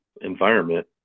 environment